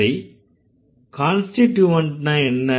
சரி கான்ஸ்டிட்யூவன்ட்னா என்ன